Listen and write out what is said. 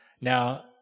Now